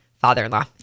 father-in-law